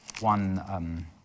one